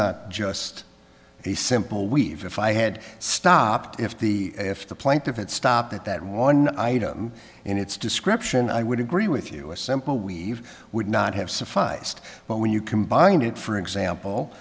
not just a simple we've if i had stopped if the if the plaintiff had stopped at that one item in its description i would agree with you a simple we've would not have sufficed but when you combine it for example